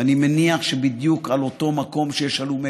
ואני מניח שבדיוק על אותו מקום שיש הלומי